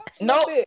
Nope